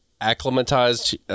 acclimatized